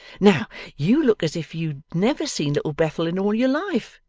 now you look as if you'd never seen little bethel in all your life,